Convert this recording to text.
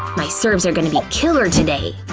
my serves are going to be killer today!